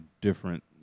different